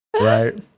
Right